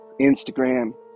Instagram